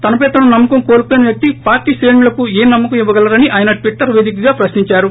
తనపై తను నమ్మ కం కోల్పోయిన వ్యక్తి పార్టీ శ్రేణులకు ఏం నమ్మ కం ఇవ్వగలరని ఆయన ట్విట్టర్ వేదికగా ప్రశ్నించారు